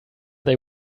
they